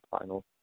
final